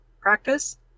practice